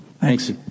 Thanks